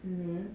mm